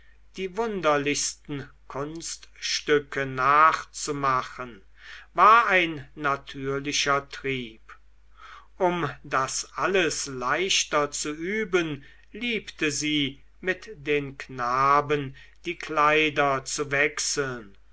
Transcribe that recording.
die wunderlichsten kunststücke nachzumachen war ein natürlicher trieb um das alles leichter zu üben liebte sie mit den knaben die kleider zu wechseln